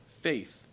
faith